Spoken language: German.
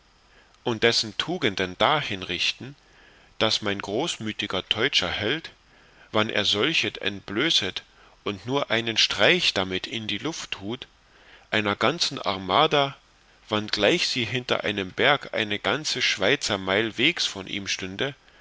und dessen tugenden dahin richten daß mein großmütiger teutscher held wann er solches entblößet und nur einen streich damit in die luft tut einer ganzen armada wanngleich sie hinter einem berg eine ganze schweizer meil wegs weit von ihm stünde